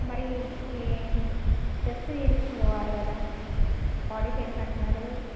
మరీ ఈ ఈ టెస్ట్లు చేయంచుకోవాలి కదా బాడీ పెయిన్స్ అంటున్నారు